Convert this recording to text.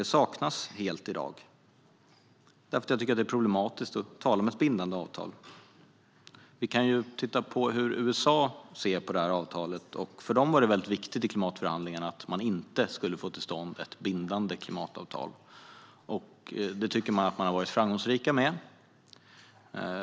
Det saknas helt i dag varför jag tycker att det är problematiskt att tala om ett bindande avtal. För USA var det väldigt viktigt i klimatförhandlingarna att man inte skulle få till stånd ett bindande klimatavtal, och det tycker man att man har varit framgångsrik med.